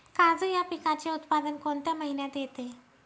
काजू या पिकाचे उत्पादन कोणत्या महिन्यात येते?